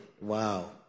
wow